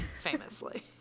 famously